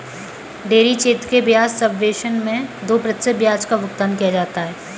dairy क्षेत्र के ब्याज सबवेसन मैं दो प्रतिशत ब्याज का भुगतान किया जाता है